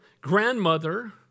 grandmother